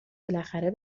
بالاخره